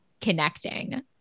connecting